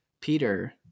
Peter